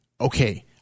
okay